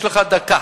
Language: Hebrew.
יש לך דקה.